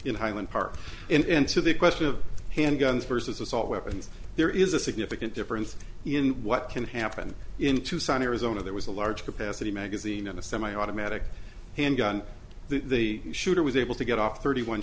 in highland park and so the question of handguns versus assault weapons there is a significant difference in what can happen in tucson arizona there was a large capacity magazine and a semiautomatic handgun the shooter was able to get off thirty one